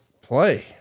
play